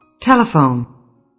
telephone